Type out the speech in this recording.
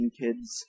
kids